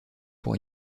pour